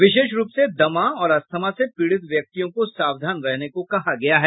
विशेष रूप से दमा और अस्थमा से पीड़ित व्यक्तियों को सावधान रहने को कहा गया है